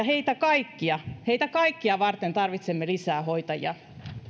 heitä kaikkia heitä kaikkia varten tarvitsemme lisää hoitajia